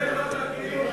בכל מקרה זה לא תקין,